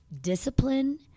discipline